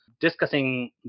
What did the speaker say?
discussing